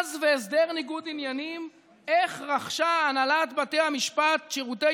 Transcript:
מכרז והסדר ניגוד עניינים: איך רכשה הנהלת בתי המשפט שירותי